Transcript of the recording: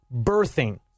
birthing